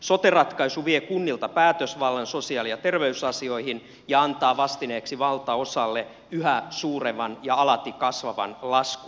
sote ratkaisu vie kunnilta päätösvallan sosiaali ja terveysasioihin ja antaa vastineeksi valtaosalle yhä suurenevan ja alati kasvavan laskun